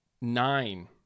nine